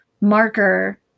marker